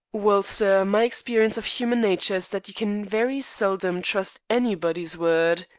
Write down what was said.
well, sir, my experience of human nature is that you can very seldom trust anybody's word.